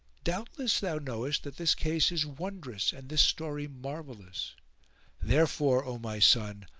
doubtless thou knowest that this case is wondrous and this story marvellous therefore, o my son,